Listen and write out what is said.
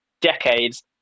decades